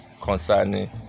concerning